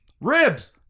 ribs